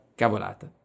cavolata